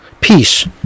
Peace